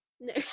no